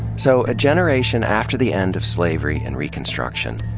so, a generation after the end of slavery and reconstruction,